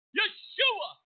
Yeshua